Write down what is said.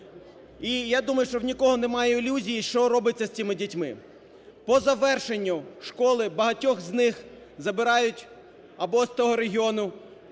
І я думаю, що ні у кого немає ілюзії, що робиться з цими дітьми. По завершенню школи багатьох з них забирають або з того регіону